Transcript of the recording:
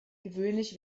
gewöhnlich